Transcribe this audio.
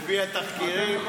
לפי התחקירים.